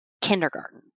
kindergarten